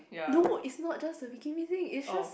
no it's not just a Wee Kim Wee thing it's just